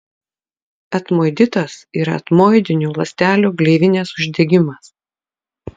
etmoiditas yra etmoidinių ląstelių gleivinės uždegimas